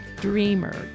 dreamer